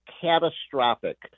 catastrophic